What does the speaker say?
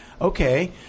okay